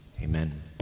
amen